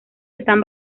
están